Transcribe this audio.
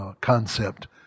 concept